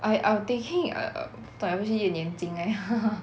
I I'm thinking err 带我们去验眼睛 leh